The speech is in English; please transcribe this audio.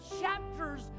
chapters